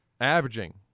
averaging